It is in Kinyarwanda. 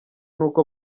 n’uko